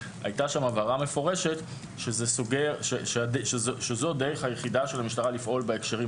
הייתה שם הבהרה מפורשת שזו הדרך היחידה של המשטרה לפעול בהקשרים